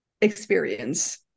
experience